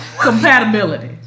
Compatibility